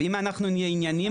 אם אנחנו נהיה ענייניים,